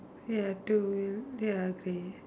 you two wheel ya grey